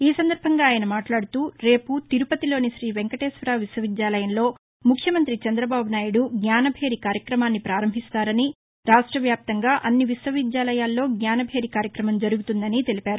ఈ సందర్భంగా ఆయన మాట్లాడుతూ రేపు తిరుపతిలోని శ్రీ వెంకటేశ్వర విశ్వవిద్యాలయంలో ముఖ్యమంత్రి చంద్రబాబు నాయుడు జ్ఞానభేరి కార్యక్రమాన్ని ప్రారంభిస్తారని రాష్ట వ్యాప్తంగా అన్ని విశ్వవిద్యాలయాల్లో జ్ఞానిభేరి కార్యక్రమం జరుగుతుందని తెలిపారు